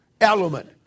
element